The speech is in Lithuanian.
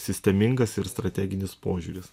sistemingas ir strateginis požiūris